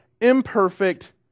imperfect